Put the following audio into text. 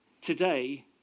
Today